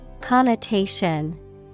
Connotation